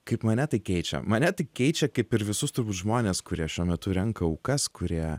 kaip mane tai keičia mane tai keičia kaip ir visus turbūt žmones kurie šiuo metu renka aukas kurie